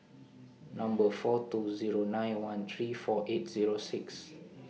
Number four two Zero nine one three four eight Zero six